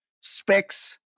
specs